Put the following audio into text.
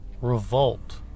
revolt